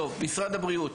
טוב, משרד הבריאות.